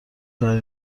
کاری